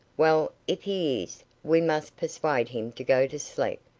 well, if he is, we must persuade him to go to sleep,